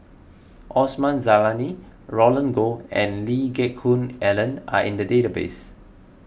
Osman Zailani Roland Goh and Lee Geck Hoon Ellen are in the database